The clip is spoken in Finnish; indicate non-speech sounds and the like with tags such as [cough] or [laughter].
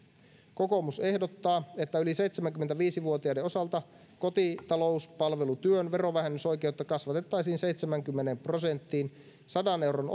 kokoomus ehdottaa että yli seitsemänkymmentäviisi vuotiaiden osalta kotitalouspalvelutyön verovähennysoikeutta kasvatettaisiin seitsemäänkymmeneen prosenttiin sadan euron [unintelligible]